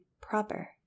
proper